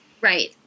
Right